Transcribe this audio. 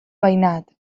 veïnat